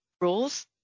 rules